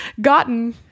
gotten